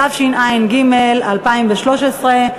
התשע"ג 2013,